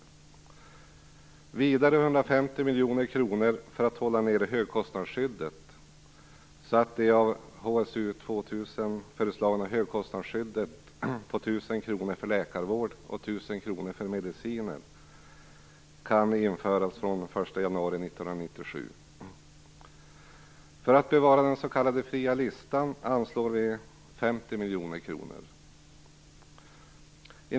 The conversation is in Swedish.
Vidare handlar det om 150 miljoner kronor för att hålla nere högkostnadsskyddet, så att det av HSU 2000 föreslagna högkostnadsskyddet på 1 000 kr för läkarvård och 1 000 kr för mediciner kan införas och gälla från den 1 januari 1997. För att den s.k. fria listan skall kunna bevaras anslår vi 50 miljoner kronor.